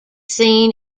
seen